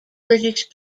british